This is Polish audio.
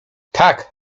tak